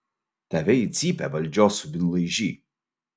tave į cypę valdžios subinlaižy